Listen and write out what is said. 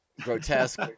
grotesque